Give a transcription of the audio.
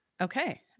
Okay